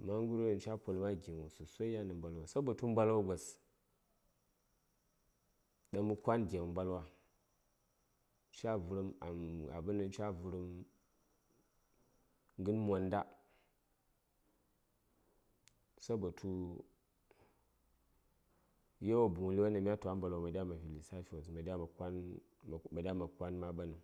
amma ghəryo ɗaŋ ca poləm a gighən sosai yan nə mbalwa sabotə mbalwa gos ɗaŋ mə kwan gighən mbalwa cvərəm am abinan ca vərəm ghən monda sabotu yawa buŋli yo ɗaŋ mya tu a mbalwa ma ɗiya mə fi lisafi wos ma diya mə kwani ma diya ma kwan ma ɓanəŋ